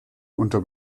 unter